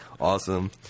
Awesome